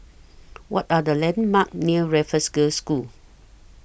What Are The landmarks near Raffles Girls' School